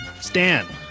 Stan